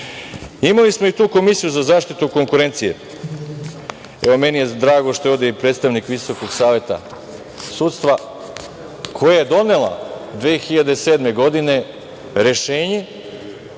smo i tu Komisiju za zaštitu konkurencije, evo meni je drago što je ovde i predstavnik Visokog saveta sudstva, koja je donela 2007. godine rešenje